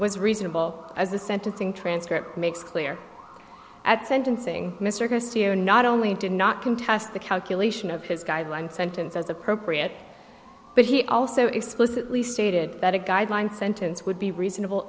was reasonable as the sentencing transcript makes clear at sentencing mr not only did not contest the calculation of his guideline sentence as appropriate but he also explicitly stated that a guideline sentence would be reasonable